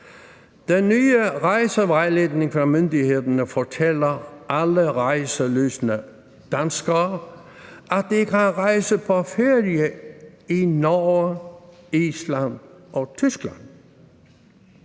Den nye rejsevejledning fra myndighederne fortæller alle rejselystne danskere, at de kan rejse på ferie i Norge, Island og Tyskland.